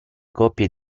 coppie